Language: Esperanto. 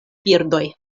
birdoj